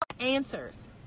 answers